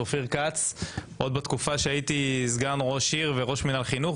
אופיר כץ עוד בתקופה שהייתי סגן ראש עיר והוא היה חבר כנסת.